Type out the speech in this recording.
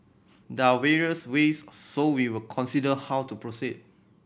there are various ways so we will consider how to proceed